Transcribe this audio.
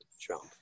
Trump